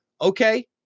Okay